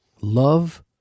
Love